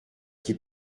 qui